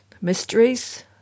Mysteries